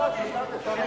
בית-המשפט מינה מפרק,